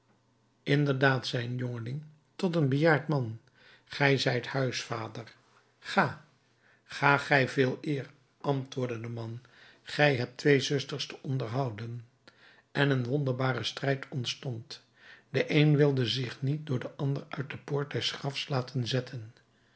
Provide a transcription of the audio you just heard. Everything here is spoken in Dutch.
inderdaad zei een jongeling tot een bejaard man gij zijt huisvader ga ga gij veeleer antwoordde de man gij hebt twee zusters te onderhouden en een wonderbare strijd ontstond de een wilde zich niet door den ander uit de poort des grafs laten zetten